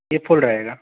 ये फुल रहेगा